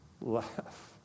Laugh